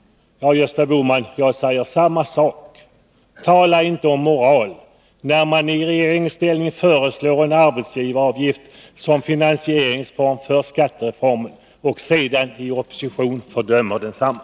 Ja, Gösta Bohman, jag säger detsamma: Tala inte om moral, när man i regeringsställning föreslår en arbetsgivaravgift som finansiering för skattereformen och sedan i opposition fördömer densamma!